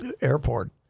airport